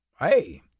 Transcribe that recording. Hey